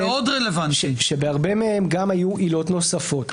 בהרבה מהם היו גם עילות נוספות.